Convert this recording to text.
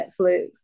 Netflix